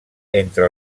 entre